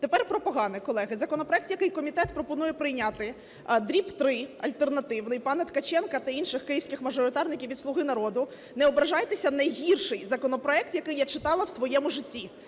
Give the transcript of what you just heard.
Тепер про погане, колеги. Законопроект, який комітет пропонує прийняти (дріб 3, альтернативний, пана Ткаченка та інших київських мажоритарників від "Слуги народу"), не ображайтеся, найгірший законопроект, який я читала в своєму житті